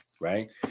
right